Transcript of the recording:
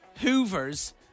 hoovers